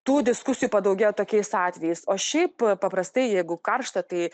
tų diskusijų padaugėja tokiais atvejais o šiaip paprastai jeigu karšta tai